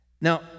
Now